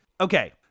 Okay